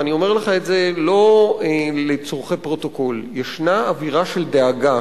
ואני אומר לך את זה לא לצורכי פרוטוקול: ישנה אווירה של דאגה,